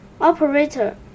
Operator